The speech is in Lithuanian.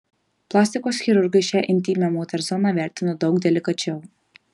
plastikos chirurgai šią intymią moters zoną vertina daug delikačiau